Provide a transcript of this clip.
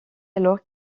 alors